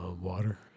Water